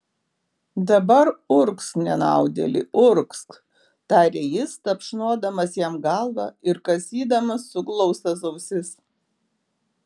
dabar urgzk nenaudėli urgzk tarė jis tapšnodamas jam galvą ir kasydamas suglaustas ausis